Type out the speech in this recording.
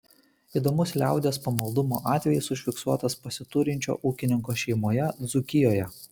įdomus liaudies pamaldumo atvejis užfiksuotas pasiturinčio ūkininko šeimoje dzūkijoje